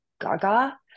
Gaga